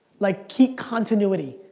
like keep continuity.